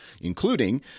including